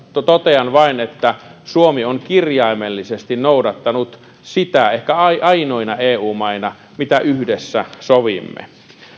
totean vain että suomi on kirjaimellisesti noudattanut sitä ehkä yhtenä ainoista eu maista mitä yhdessä sovimme